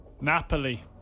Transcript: Napoli